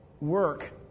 Work